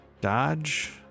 Dodge